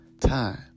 time